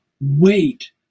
Wait